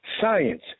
science